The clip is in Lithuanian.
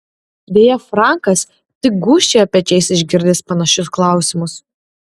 deja frankas tik gūžčioja pečiais išgirdęs panašius klausimus